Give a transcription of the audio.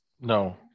no